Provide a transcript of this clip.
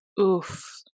Oof